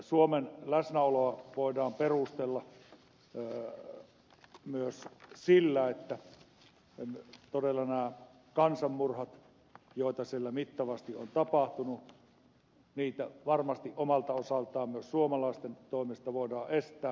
suomen läsnäoloa voidaan perustella myös sillä että todella näitä kansanmurhia joita siellä mittavasti on tapahtunut varmasti omalta osaltaan myös suomalaisten toimesta voidaan estää